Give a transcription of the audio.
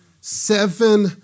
Seven